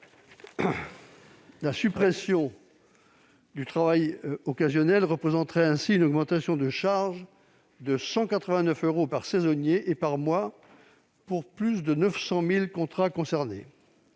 La suppression du travail occasionnel représenterait ainsi une augmentation de charges de 189 euros par saisonnier et par mois pour les 900 000 contrats concernés.